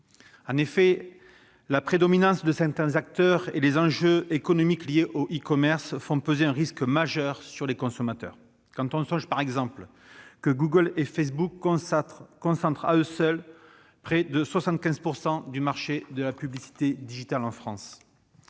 En effet, la prédominance de certains acteurs et les enjeux économiques liés au e-commerce font peser un risque majeur sur les consommateurs. Songeons par exemple que Google et Facebook concentrent à eux seuls près de 75 % du marché de la publicité digitale en France.